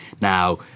Now